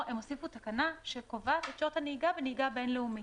פה הם הוסיפו תקנה שקובעת את שעות הנהיגה בנהיגה בין-לאומית.